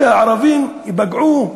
שהערבים ייפגעו,